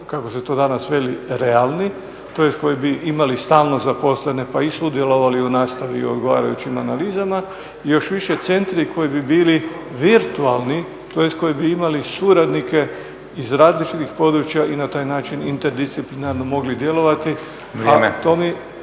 kako se to danas veli realni, tj koji bi imali stalno zaposlene pa i sudjelovali u nastavi i u odgovarajućim analizama, još više centri koji bi bili virtualni, tj koji bi imali suradnike iz različitih područja i na taj način … mogli djelovati, a